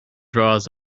draws